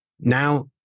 Now